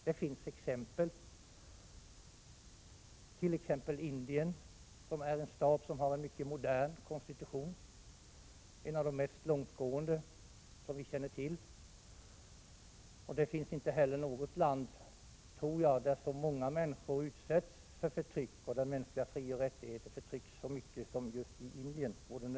Jag kan som exempel nämna Indien, som är en stat med en mycket modern konstitution, en av de mest långtgående som vi känner till. Det finns inte heller något land, tror jag, där så många människor utsätts för förtryck, där mänskliga frioch rättigheter undertrycks så mycket som just i Indien.